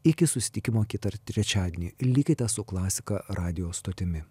iki susitikimo kitą trečiadienį likite su klasika radijo stotimi